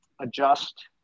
adjust